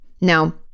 Now